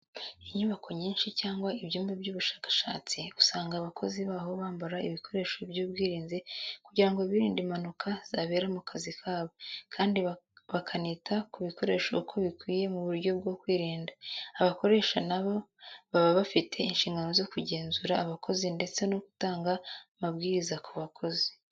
Inyubako nyinshi cyangwa ibyumba by'ubushakashatsi, usanga abakozi baho bambara ibikoresho by'ubwirinzi kugira ngo birinde impanuka zabera mu kazi kabo, kandi bakanita ku bikoresho uko bikwiye mu buryo bwo kwirinda. Abakoresha na bo baba bafite inshingano zo kugenzura abakozi ndetse no gutanga amabwiriza ku bakozi.